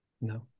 No